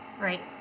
right